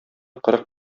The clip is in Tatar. кырык